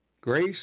Grace